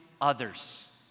others